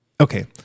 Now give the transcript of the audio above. okay